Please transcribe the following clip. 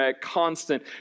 constant